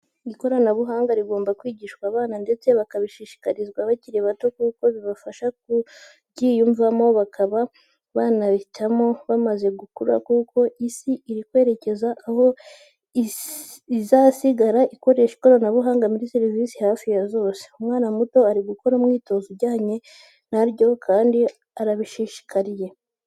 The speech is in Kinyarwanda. Ikoranabuhanga rigomba kwigishwa abana ndetse bakarikundishwa bakiri bato kuko bibafasha kuryiyumvamo bakaba banarihitamo bamaze gukura kuko isi iri kwerekeza aho izasigara ikoresha ikoranabuhanga muri serivise hafi ya zose. Umwana muto ari gukora umwitozo ujyanye na ryo kandi arabishishikariye.